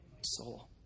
soul